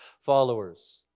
followers